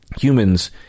humans